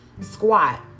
squat